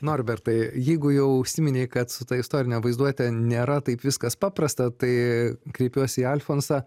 norbertai jeigu jau užsiminei kad su ta istorine vaizduote nėra taip viskas paprasta tai kreipiuosi į alfonsą